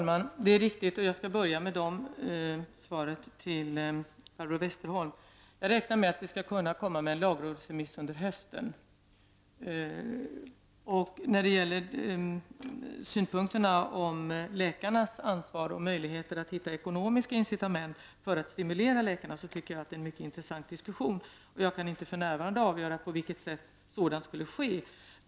Herr talman! Det stämmer, och jag skall börja med svaret till Barbro Westerholm. Jag räknar med att vi skall kunna komma med en lagrådsremiss under hösten. När det gäller synpunkterna på läkarnas ansvar och möjligheterna att hitta ekonomiska incitament för att stimulera läkarna, tycker jag att det är en mycket intressant diskussion. Jag kan inte för närvarande avgöra på vilket sätt sådant skulle ske.